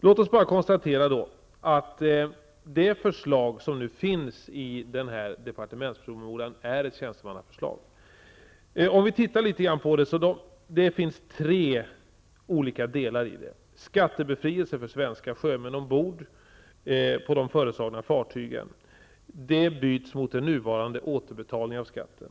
Låt oss bara konstatera att det förslag som presenteras i departementspromemorian är ett tjänstemannaförslag. Det finns tre olika delar i förslaget. Den första är att skattebefrielse för svenska sjömän ombord på de föreslagna fartygen byts mot den nuvarande återbetalningen av skatten.